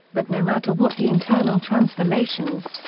but no matter what the internal transformations,